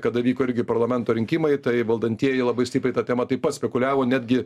kada vyko irgi parlamento rinkimai tai valdantieji labai stipriai ta tema taip pat spekuliavo netgi